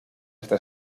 esta